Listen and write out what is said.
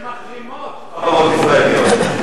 שמחרימות חברות ישראליות.